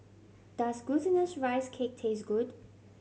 does Glutinous Rice Cake taste good